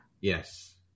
Yes